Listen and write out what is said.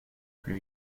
plus